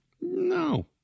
No